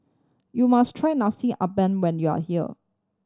you must try Nasi Ambeng when you are here